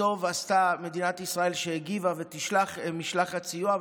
וטוב עשתה מדינת ישראל שהגיבה ושתשלח משלחת סיוע.